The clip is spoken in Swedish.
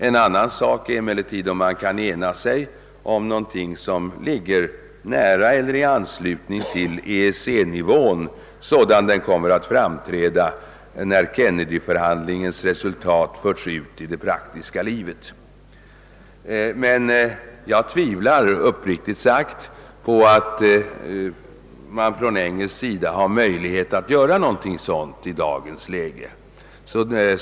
En annan sak är emellertid huruvida enighet kan uppnås om tullar som ligger nära eller i anslutning till EEC-nivån, sådan den kommer att gestalta sig när Kennedyförhandlingarnas resultat förts ut i det praktiska livet. Jag tvivlar uppriktigt sagt på att man från engelsk sida har möjlighet att göra någonting sådant i dagens läge.